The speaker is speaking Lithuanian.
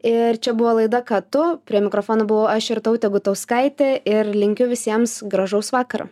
ir čia buvo laida ką tu prie mikrofono buvau aš ir taute gutauskaitė ir linkiu visiems gražaus vakaro